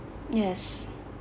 yes